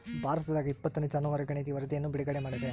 ಭಾರತದಾಗಇಪ್ಪತ್ತನೇ ಜಾನುವಾರು ಗಣತಿ ವರಧಿಯನ್ನು ಬಿಡುಗಡೆ ಮಾಡಿದೆ